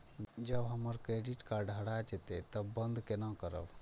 जब हमर credit card हरा जयते तब बंद केना करब?